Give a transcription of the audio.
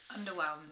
underwhelmed